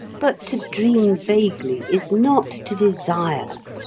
but to dream vaguely is not to desire.